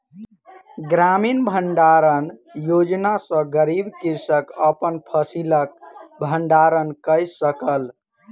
ग्रामीण भण्डारण योजना सॅ गरीब कृषक अपन फसिलक भण्डारण कय सकल